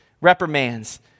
reprimands